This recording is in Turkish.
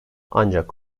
ancak